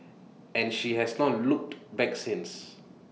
and she has not looked back since